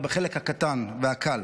ובחלק הקטן והקל.